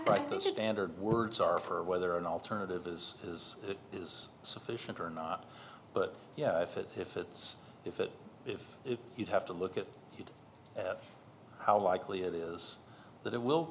practice standard words are for whether an alternative is is is sufficient or not but if it if it's if it if you have to look at how likely it is that it will